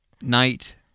night